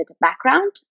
background